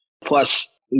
Plus